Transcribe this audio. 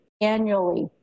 annually